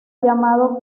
llamada